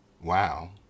Wow